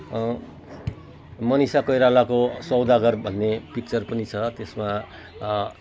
मनिषा कोइरालाको सौदागर भन्ने पिक्चर पनि त्यसमा